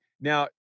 now